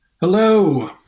Hello